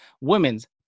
Women's